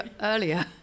earlier